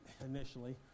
initially